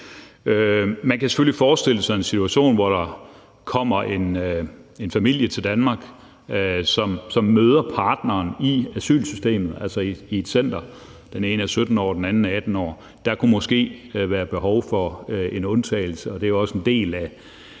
Man kan selvfølgelig forestille sig en situation, hvor der kommer en familie til Danmark, som møder partneren i asylsystemet i et center – den ene er 17 år, og den anden er 18 år – og der kunne der måske være behov for en undtagelse, og det er jo også en del af den